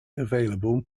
available